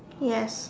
yes